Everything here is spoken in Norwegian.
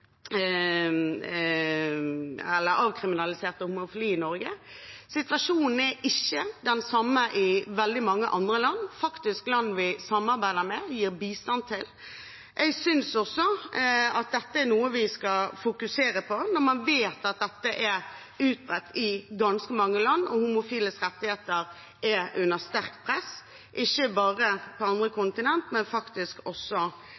i Norge. Situasjonen er ikke den samme i veldig mange andre land, land vi faktisk samarbeider med og gir bistand til. Jeg synes at dette er noe vi skal fokusere på, når man vet at dette er utbredt i ganske mange land, der homofiles rettigheter er under sterkt press – ikke bare på andre kontinenter, men faktisk også